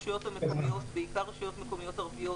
מהמקומות, בעיקר רשויות ערביות,